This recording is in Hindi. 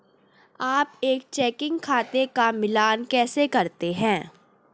आप एक चेकिंग खाते का मिलान कैसे करते हैं?